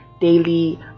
daily